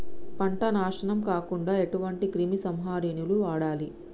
పంట నాశనం కాకుండా ఎటువంటి క్రిమి సంహారిణిలు వాడాలి?